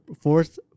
fourth